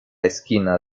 esquina